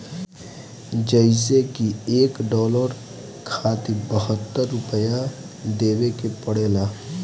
जइसे की एक डालर खातिर बहत्तर रूपया देवे के पड़ेला